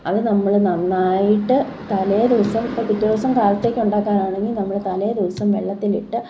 അത് നമ്മൾ നന്നായിട്ട് തലേദിവസം ഇപ്പം പിറ്റേ ദിവസം കാലത്തേക്ക് ഉണ്ടാക്കാനാണെങ്കിൽ നമ്മൾ തലേദിവസം വെള്ളത്തിലിട്ട്